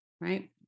right